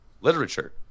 literature